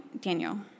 Daniel